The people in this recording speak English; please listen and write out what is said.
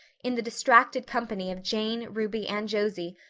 in the distracted company of jane, ruby, and josie,